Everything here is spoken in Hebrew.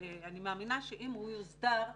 שאני מאמינה שאם הוא יוסדר,